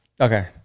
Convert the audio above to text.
Okay